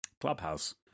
Clubhouse